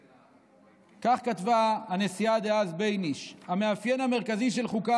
וכך כתבה הנשיאה דאז בייניש: "המאפיין המרכזי של חוקה,